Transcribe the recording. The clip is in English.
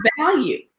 value